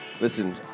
Listen